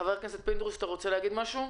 חבר הכנסת פינדרוס, אתה רוצה להגיד משהו?